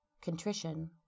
Contrition